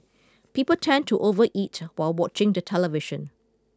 people tend to overeat while watching the television